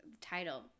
Title